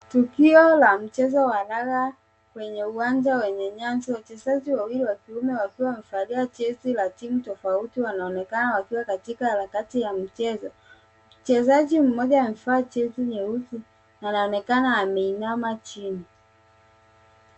Tukio la mchezo wa raga kwenye nyasi ya kijani. Wachezaji wawili wa kiume wakiwa wamevalia jezi za timu tofauti wanaonekana wakiwa katika harakati ya michezo. Mchezaji mmoja amevaa jezi nyeusi anaonekana ameinama chini.